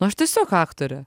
nu aš tiesiog aktorė